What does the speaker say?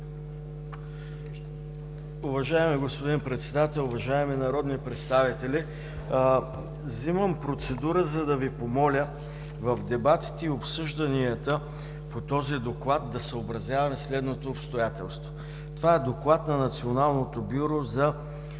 Уважаеми господин Председател, уважаеми народни представители, взимам процедура, за да Ви помоля в дебатите и обсъжданията по този Доклад да съобразяваме следното обстоятелство. Това е Доклад на Националното бюро за